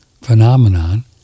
phenomenon